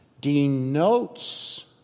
denotes